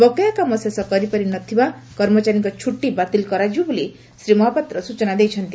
ବକେୟା କାମ ଶେଷ କରିପାରି ନ ଥିବା କର୍ମଚାରୀଙ୍କ ଛୁଟି ବାତିଲ୍ କରାଯିବ ବୋଲି ଶ୍ରୀ ମହାପାତ୍ର ସୂଚନା ଦେଇଛନ୍ତି